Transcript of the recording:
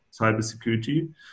cybersecurity